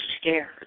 scared